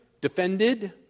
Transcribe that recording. defended